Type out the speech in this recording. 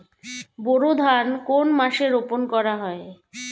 বোরো ধান কোন মাসে রোপণ করা হয়?